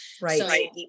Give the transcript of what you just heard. right